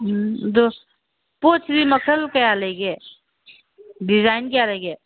ꯎꯝ ꯑꯗꯣ ꯄꯣꯠꯁꯤꯗꯤ ꯃꯈꯜ ꯀꯌꯥ ꯂꯩꯒꯦ ꯗꯤꯖꯥꯏꯟ ꯀꯌꯥ ꯂꯩꯒꯦ